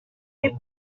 ariko